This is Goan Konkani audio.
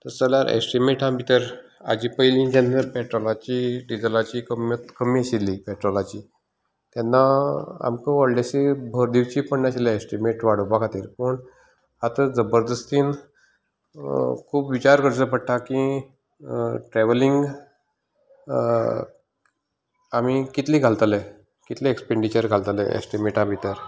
तस जाल्यार एस्टीमेटा भितर हाजी पयलीं जेन्ना पेट्रोलाची डिजलाची कमत कमी आशिल्ली पेट्रोलाची तेन्ना आमकां व्हडलिशी भर दिवची पडनाशिल्ली एस्टिमेट वाडोवपा खातीर पूण आतां जबरदस्तीन खूब विचार करचो पडटा की ट्रेवल्हींग आमी कितले घालतले कितलें एक्सपेनडीचर घालतले एस्टीमेटा भितर